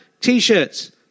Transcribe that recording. T-shirts